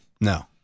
No